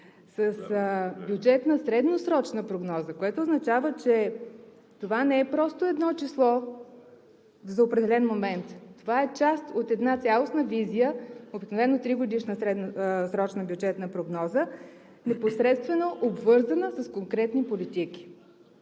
с бюджетна средносрочна прогноза, което означава, че това не е просто едно число за определен момент, това е част от една цялостна визия, обикновено тригодишна средносрочна бюджетна прогноза, непосредствено обвързана с конкретни политики.